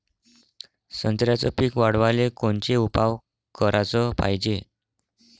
संत्र्याचं पीक वाढवाले कोनचे उपाव कराच पायजे?